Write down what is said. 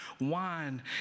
wine